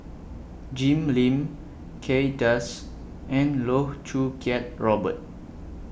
Jim Lim Kay Das and Loh Choo Kiat Robert